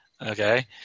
Okay